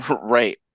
right